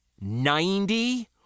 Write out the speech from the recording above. ninety